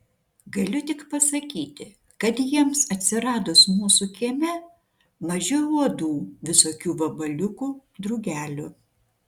galiu tik pasakyti kad jiems atsiradus mūsų kieme mažiau uodų visokių vabaliukų drugelių